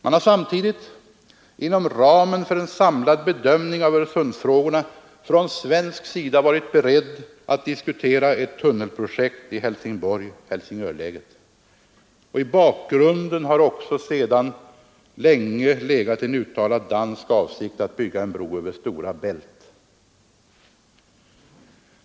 Man har samtidigt — inom ramen för en samlad bedömning av Öresundsfrågorna — från svensk sida varit beredd att diskutera ett tunnelprojekt i Helsingborg-Helsingör-läget. I bakgrunden har också sedan länge legat en uttalad dansk avsikt att bygga en bro över Stora Bält.